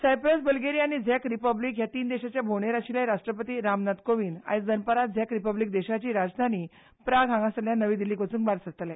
सांप्रास ब्लेगिरीया आनी झॅक रिपब्लीकन ह्या तीन देशांचे भोंवडेर आशिल्ले राष्ट्रपती रामनाथ कोविंद आयज दनपारां झीक रिपब्लीक देशाची राजधानी प्राग हांगा सावन नवी दिर्ल्लीत वचूंक भायर सरतले